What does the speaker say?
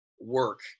work